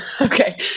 Okay